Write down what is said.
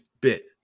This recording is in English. bit